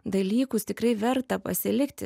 dalykus tikrai verta pasilikti